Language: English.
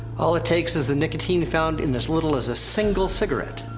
all it takes is the nicotine found in as little as a single cigarette.